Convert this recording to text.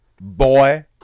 boy